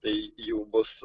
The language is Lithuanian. tai jų bus